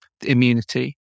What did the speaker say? immunity